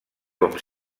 com